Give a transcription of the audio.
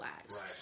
lives